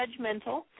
judgmental